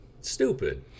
stupid